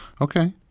Okay